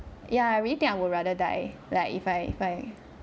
yeah really think I would rather die like if I if I